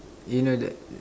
you know that